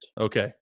Okay